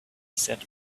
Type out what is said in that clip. said